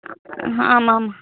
ஆமாம் ஆமாம்